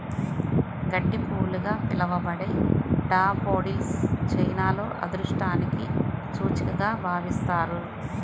గడ్డిపూలుగా పిలవబడే డాఫోడిల్స్ చైనాలో అదృష్టానికి సూచికగా భావిస్తారు